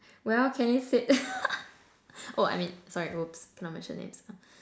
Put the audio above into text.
well Kenny said oh I mean sorry oops cannot mention names